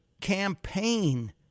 campaign